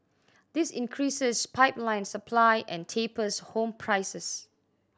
this increases pipeline supply and tapers home prices